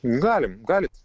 galim galit